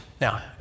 Now